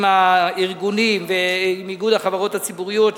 עם הארגונים ועם איגוד החברות הציבוריות,